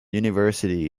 university